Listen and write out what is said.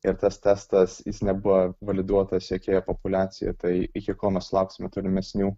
ir tas testas jis nebuvo validuotas jokioje populiacijoj tai iki kol mes sulauksime tolimesnių